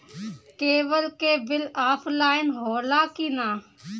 Cable के bill offline होला कि ना?